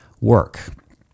work